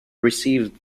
receives